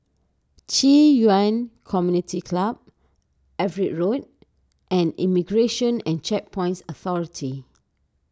Qi Yuan Community Club Everitt Road and Immigration and Checkpoints Authority